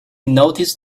noticed